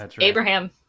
Abraham